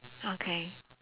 okay